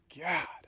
God